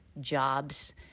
jobs